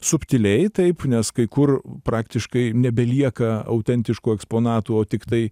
subtiliai taip nes kai kur praktiškai nebelieka autentiškų eksponatų o tiktai